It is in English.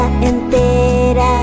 entera